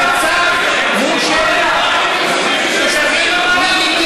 המצב הוא של תושבים מלאים,